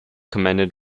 commended